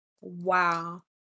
Wow